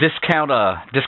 discount